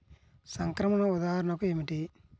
సంక్రమణ ఉదాహరణ ఏమిటి?